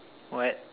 what